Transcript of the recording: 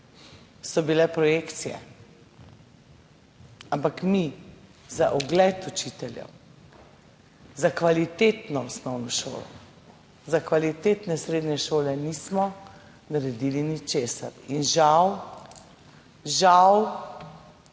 so bile projekcije, ampak mi za ugled učiteljev, za kvalitetno osnovno šolo, za kvalitetne srednje šole nismo naredili ničesar. In žal, žal